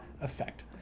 effect